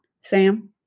Sam